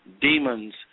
demons